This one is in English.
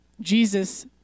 Jesus